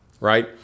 right